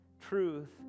Truth